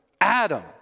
Adam